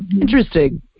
Interesting